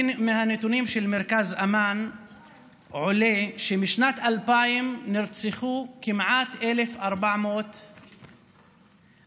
מהנתונים של מרכז אמאן עולה שמשנת 2000 נרצחו כמעט 1,400 אנשים.